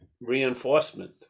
reinforcement